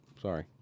sorry